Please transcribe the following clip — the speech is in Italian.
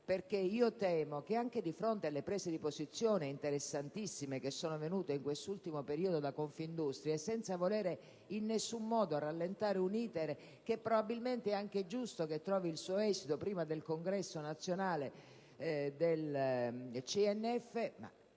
maggioranza, anche di fronte alle interessantissime prese di posizioni che sono venute in quest'ultimo periodo dalla Confindustria e senza volere in nessun modo rallentare un *iter* che probabilmente è anche giusto trovi il suo esito prima del congresso nazionale del CNF;